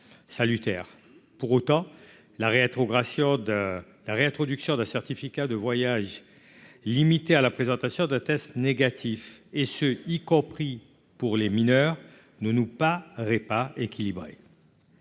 gracios de la réintroduction de certificat de voyage limitée à la présentation de tests négatifs et ce y compris pour les mineurs ne nous pas repas équilibrés,